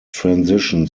transition